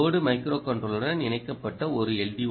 இது load micro கன்ட்ரோலருடன் இணைக்கப்பட்ட ஒரு எல்